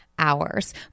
hours